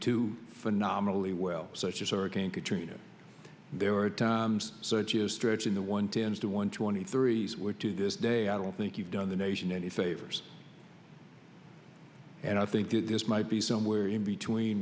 do phenomenally well such as hurricane katrina there are times such as stretching the one tends to one twenty three's were to this day i don't think you've done the nation any favors and i think that this might be somewhere in between